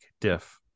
Diff